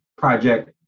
project